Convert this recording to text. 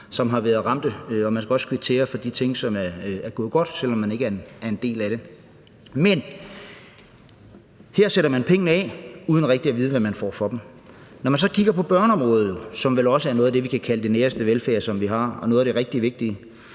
som har været ramt. Så man skal også kvittere for de ting, som er gået godt, selv om man ikke er en del af det. Men her sætter man pengene af uden rigtig at vide, hvad man får for dem. Når man så kigger på børneområdet, som vel også er noget af det, vi kan kalde den næreste velfærd, vi har, og noget, der er rigtig vigtigt,